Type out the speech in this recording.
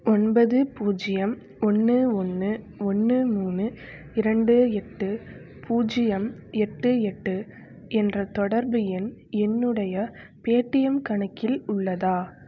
ஒன்பது பூஜ்ஜியம் ஒன்று ஒன்று ஒன்று மூணு இரண்டு எட்டு பூஜ்ஜியம் எட்டு எட்டு என்ற தொடர்பு எண் என்னுடைய பேடீஎம் கணக்கில் உள்ளதா